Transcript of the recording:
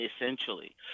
essentially